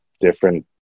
different